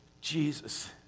Jesus